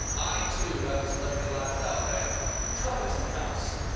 i, too, have a celebrity lifestyle brand covetton house.